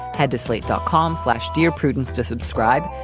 had to slate dot com slash dear prudence to subscribe.